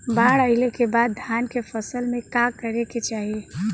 बाढ़ आइले के बाद धान के फसल में का करे के चाही?